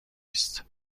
است